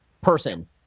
person